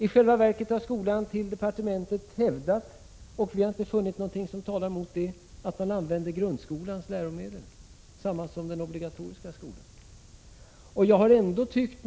I själva verket har skolan inför departementet hävdat — och vi har inte funnit något som talar mot det — att man använder grundskolans läromedel, dvs. samma läromedel som används i den obligatoriska skolan.